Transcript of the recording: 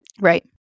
Right